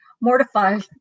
Mortified